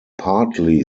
partly